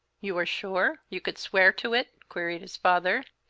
you are sure? you could swear to it? queried his father.